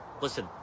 listen